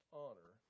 honor